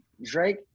Drake